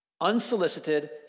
Unsolicited